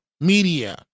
media